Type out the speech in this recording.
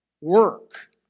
work